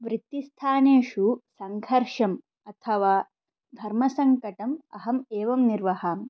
वृत्तिस्थानेषु सङ्घर्षम् अथवा धर्मसङ्कटम् अहम् एवं निर्वहामि